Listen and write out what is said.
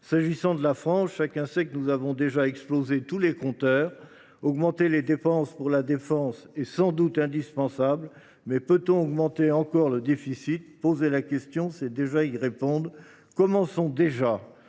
qui concerne la France, chacun sait que nous avons déjà explosé tous les compteurs. Augmenter les dépenses pour la défense est sans doute indispensable, mais peut on accroître encore le déficit ? Poser la question, c’est déjà y répondre. Commençons déjà